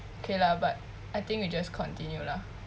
k lah but I think we just continue lah